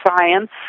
science